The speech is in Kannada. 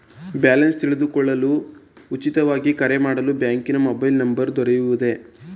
ಬ್ಯಾಲೆನ್ಸ್ ತಿಳಿದುಕೊಳ್ಳಲು ಉಚಿತವಾಗಿ ಕರೆ ಮಾಡಲು ಬ್ಯಾಂಕಿನ ಮೊಬೈಲ್ ನಂಬರ್ ದೊರೆಯುವುದೇ?